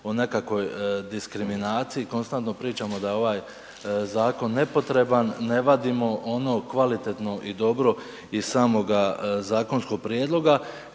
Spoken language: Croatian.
o nekakvoj diskriminaciji, konstantno pričamo da je ovaj zakon nepotreban, ne vadimo ono kvalitetno i dobro iz samoga zakonskog prijedloga.